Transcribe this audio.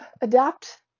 adapt